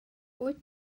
wyt